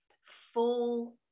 full